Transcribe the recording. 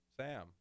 Sam